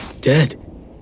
dead